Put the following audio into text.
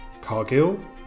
Cargill